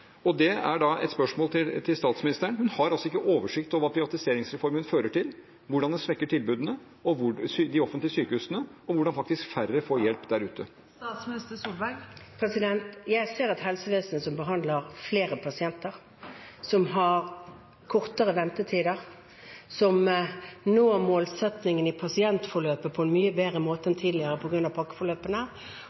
Det er et spørsmål til statsministeren. Hun har ikke oversikt over hva privatiseringsreformen fører til, hvordan den svekker tilbudene i de offentlige sykehusene, og hvordan færre får hjelp der ute. Jeg ser et helsevesen som behandler flere pasienter, som har kortere ventetider, som på grunn av pakkeforløpene når målsettingen i pasientforløpet på en mye bedre måte enn tidligere,